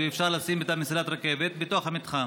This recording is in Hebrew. ואפשר לשים את מסילת הרכבת בתוך המתחם.